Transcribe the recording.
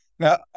Now